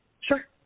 Sure